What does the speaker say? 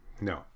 No